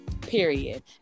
period